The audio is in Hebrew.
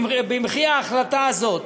במחי ההחלטה הזאת,